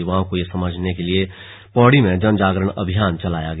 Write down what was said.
युवाओं को ये समझाने के लिए पौड़ी में जनजागरण अभियान चलाया गया